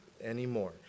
anymore